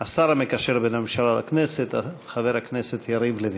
השר המקשר בין הממשלה לכנסת, חבר הכנסת יריב לוין.